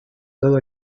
todo